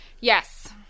Yes